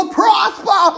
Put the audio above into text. prosper